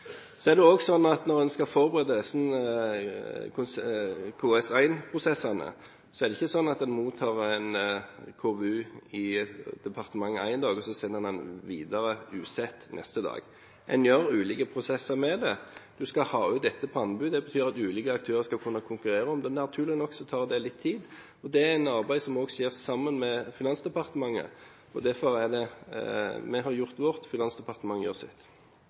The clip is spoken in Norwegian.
Så er det heller ikke sånn når en skal forberede disse KS1-prosessene, at en mottar en KVU i departementet én dag og sender den videre usett neste dag. En gjør ulike prosesser med den. En skal ha ut dette på anbud – det betyr at ulike aktører skal kunne konkurrere om det. Naturlig nok tar det litt tid, og det er også et samarbeid med Finansdepartementet. Vi har gjort vårt, Finansdepartementet gjør sitt. Det er mange dager mellom en dag og neste dag – det har